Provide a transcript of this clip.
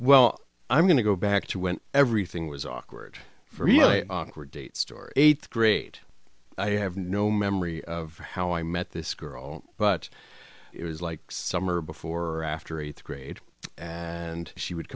well i'm going to go back to when everything was awkward really awkward date story eighth grade i have no memory of how i met this girl but it was like summer before after eighth grade and she would